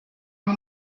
nur